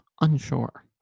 unsure